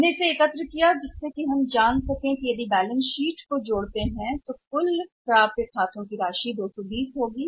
हमने इसे एकत्र किया ताकि हम कर सकें पता करें कि यदि आपने इसे इस बैलेंस शीट में समिट किया है तो कुल खातों में प्राप्य राशि होगी 220 बन जाइए